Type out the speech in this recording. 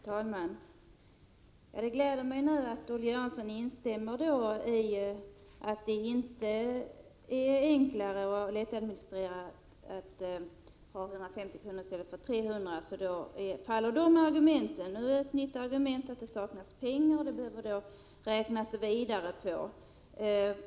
Herr talman! Det gläder mig att Olle Göransson nu instämmer i att det inte är enklare och mera lättadministrerat med 150 kr. än med 300 kr. Då faller det argumentet. Ett nytt argument som Olle Göransson för fram är att det saknas pengar, och det är någonting som det behöver räknas vidare på.